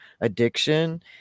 addiction